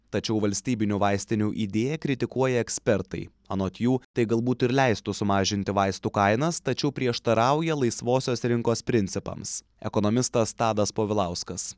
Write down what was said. tačiau valstybinių vaistinių idėją kritikuoja ekspertai anot jų tai galbūt ir leistų sumažinti vaistų kainas tačiau prieštarauja laisvosios rinkos principams ekonomistas tadas povilauskas